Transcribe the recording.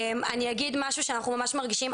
אני אגיד משהו שאנחנו ממש מרגישים,